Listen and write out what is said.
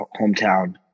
hometown